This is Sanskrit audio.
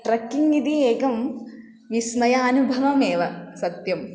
ट्रक्किङ्ग् इति एकं विस्मयानुभवमेव सत्यम्